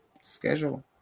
schedule